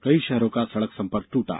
कई शहरों का सड़क संपर्क टूटा